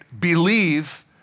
believe